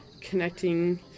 connecting